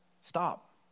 stop